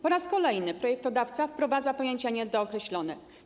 Po raz kolejny projektodawca wprowadza pojęcia niedookreślone.